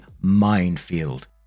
minefield